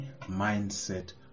mindset